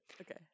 Okay